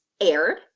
aired